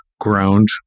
ground